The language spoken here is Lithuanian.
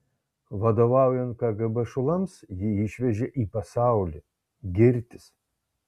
vadovaujant kgb šulams jį išvežė į pasaulį girtis